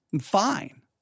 fine